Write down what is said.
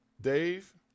Dave